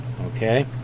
Okay